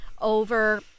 over